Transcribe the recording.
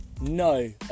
No